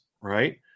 right